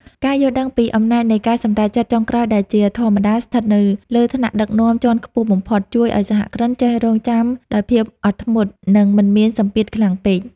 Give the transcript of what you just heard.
ការយល់ដឹងពីអំណាចនៃការសម្រេចចិត្តចុងក្រោយដែលជាធម្មតាស្ថិតនៅលើថ្នាក់ដឹកនាំជាន់ខ្ពស់បំផុត ជួយឱ្យសហគ្រិនចេះរង់ចាំដោយភាពអត់ធ្មត់ និងមិនមានសម្ពាធខ្លាំងពេក។